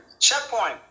Checkpoint